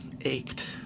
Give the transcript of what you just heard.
ached